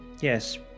Yes